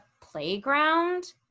playground